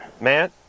Matt